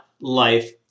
life